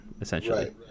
essentially